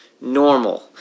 normal